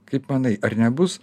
kaip manai ar nebus